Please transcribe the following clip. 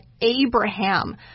Abraham